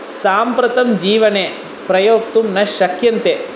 साम्प्रतं जीवने प्रयोक्तुं न शक्यन्ते